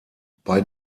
bei